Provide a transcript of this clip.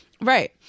Right